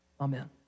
Amen